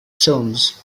stones